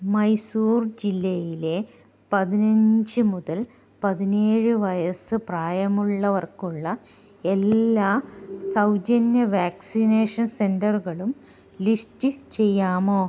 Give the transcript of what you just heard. മൈസൂർ ജില്ലയിലെ പതിനഞ്ച് മുതൽ പതിനേഴ് വയസ്സ് പ്രായമുള്ളവർക്കുള്ള എല്ലാ സൗജന്യ വാക്സിനേഷൻ സെൻ്ററുകളും ലിസ്റ്റ് ചെയ്യാമോ